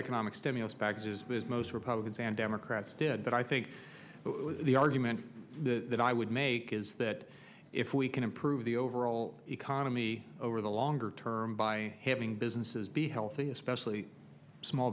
economic stimulus packages because most republicans and democrats did but i think the argument that i would make is that if we can improve the overall economy over the longer term by having businesses be healthy especially small